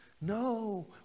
No